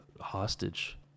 hostage